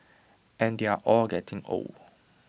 and they're all getting old